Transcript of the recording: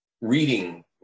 reading